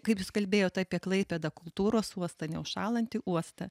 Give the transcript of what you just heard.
kaip jūs kalbėjot apie klaipėdą kultūros uostą neužšąlantį uostą